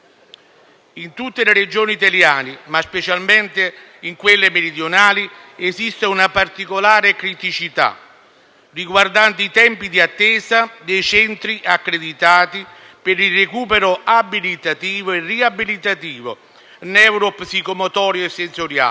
In tutte le Regioni italiane, ma specialmente in quelle meridionali, esiste una particolare criticità riguardante i tempi di attesa dei centri accreditati per il recupero abilitativo e riabilitativo neuropsicomotorio e sensoriale